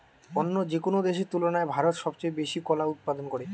অন্য যেকোনো দেশের তুলনায় ভারত সবচেয়ে বেশি কলা উৎপাদন করে